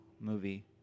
Movie